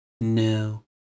no